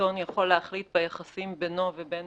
העיתון יכול להחליט ביחסים בינו ובין